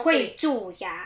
会蛀牙